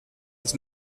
its